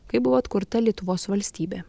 kai buvo atkurta lietuvos valstybė